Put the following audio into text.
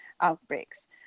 outbreaks